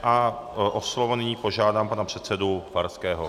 A o slovo nyní požádám pana předsedu Farského.